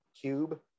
cube